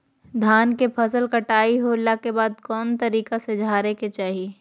धान के फसल कटाई होला के बाद कौन तरीका से झारे के चाहि?